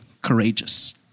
courageous